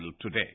today